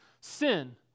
sin